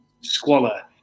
squalor